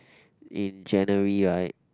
in January right